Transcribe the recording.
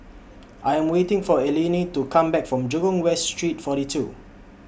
I Am waiting For Eleni to Come Back from Jurong West Street forty two